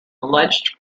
alleged